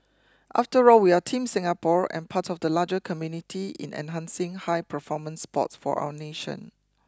after all we are Team Singapore and part of the larger community in enhancing high performance sports for our nation